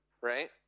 Right